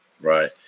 Right